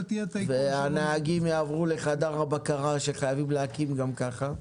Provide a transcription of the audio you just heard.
והנהגים יעברו לחדר הבקרה שחייבים להקים גם ככה.